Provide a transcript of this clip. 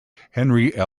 henry